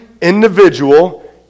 individual